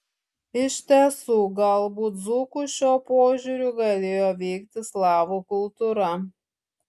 iš tiesų galbūt dzūkus šiuo požiūriu galėjo veikti slavų kultūra